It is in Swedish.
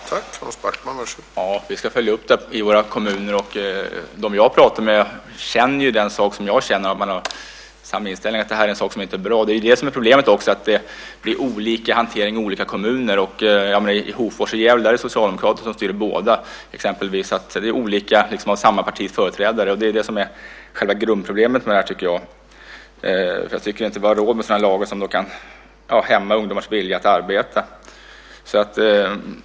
Herr talman! Vi ska följa upp detta i våra kommuner. De som jag har pratat med har samma inställning som jag om att detta inte är bra. Problemet är också att hanteringen är olika i olika kommuner. I Hofors och i Gävle är det Socialdemokraterna som styr. Det är samma partis företrädare, och det är själva grundproblemet, tycker jag. Jag tycker inte att vi har råd att ha lagar som kan hämma ungdomars vilja att arbeta.